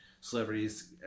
celebrities